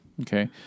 Okay